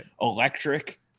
electric